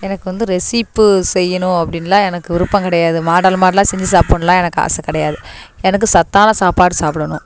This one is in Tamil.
எனக்கு வந்து ரெசிப்பு செய்யணும் அப்படின்லாம் எனக்கு விருப்பம் கிடையாது மாடல் மாடலாக செஞ்சு சாப்பிட்னுலாம் எனக்கு ஆசைக் கிடையாது எனக்கு சத்தான சாப்பாடு சாப்பிடணும்